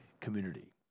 community